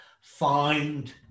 find